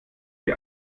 wie